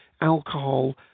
alcohol